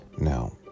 Now